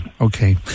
Okay